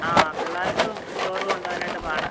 ആ പിള്ളേർക്ക് ചോറ് കൊണ്ടുപോവാനായിട്ട് പാടാണ്